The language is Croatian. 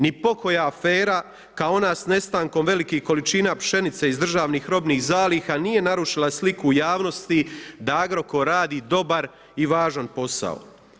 Ni pokoja afera, kao ona s nestankom velikih količina pšenice iz državnih robnih zaliha nije narušila sliku u javnosti da Agrokor radi dobar i važan posao.